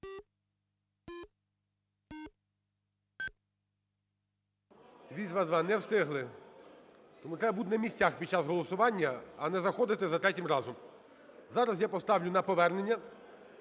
222. Не встигли. Тому треба бути на місцях під час голосування, а не заходити за третім разом. Зараз я поставлю на повернення,